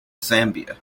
zambia